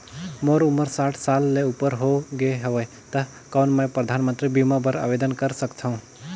मोर उमर साठ साल ले उपर हो गे हवय त कौन मैं परधानमंतरी बीमा बर आवेदन कर सकथव?